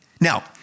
Now